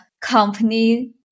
company